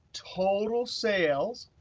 total sales.